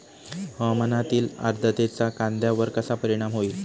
हवामानातील आर्द्रतेचा कांद्यावर कसा परिणाम होईल?